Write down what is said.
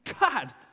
God